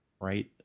right